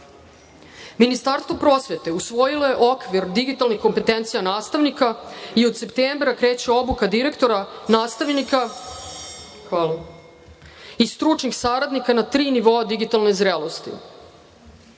Ministarstvo prosvete usvojilo je okvir digitalnih kompetencija nastavnika i od septembra kreće obuka direktora, nastavnika i stručnih saradnika na tri nivoa digitalne zrelosti.